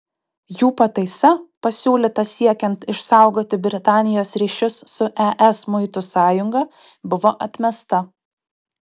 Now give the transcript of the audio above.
jų pataisa pasiūlyta siekiant išsaugoti britanijos ryšius su es muitų sąjunga buvo atmesta